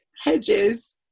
hedges